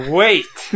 wait